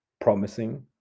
promising